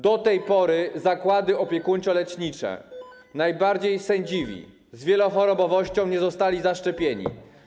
Do tej pory, jeśli chodzi o zakłady opiekuńczo-lecznicze, najbardziej sędziwi, z wielochorobowością nie zostali zaszczepieni.